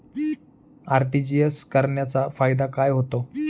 RTGS करण्याचा फायदा काय होतो?